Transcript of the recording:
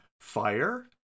fire